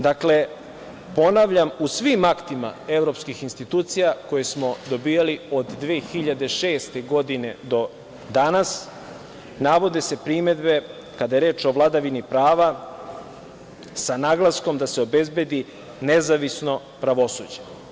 Dakle, ponavljam, u svim aktima evropskih institucija koje smo dobijali od 2006. godine do danas navode se primedbe, kada je reč o vladavini prava, sa naglaskom da se obezbedi nezavisno pravosuđe.